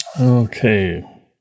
Okay